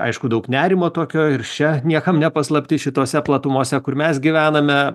aišku daug nerimo tokio ir šia niekam ne paslaptis šitose platumose kur mes gyvename